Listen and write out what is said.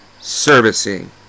servicing